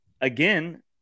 again